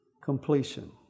completion